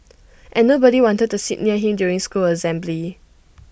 and nobody wanted to sit near him during school assembly